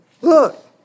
Look